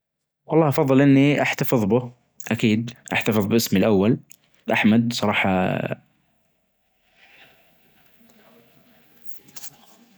أنا عادةً أستيقظ الساعة ستة الصباح، وبعدها أبدأ يومي بالشاهي أو القهوة. أغلب الوجت أشتغل أو أقرأ وجت الغداء حوالي اثني عشر أو واحدة ، وأخذ لي قسط من الراحة بعده. العشاء يكون عادة بين سبعة و ثمانية بالليل. وبالنسبة للنوم، أروح أ النوم حوالي احدى عشر مساءً.